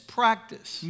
practice